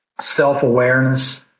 self-awareness